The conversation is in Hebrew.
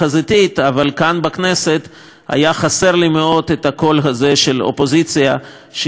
אבל כאן בכנסת היה חסר לי מאוד הקול הזה של האופוזיציה שיצטרף לקול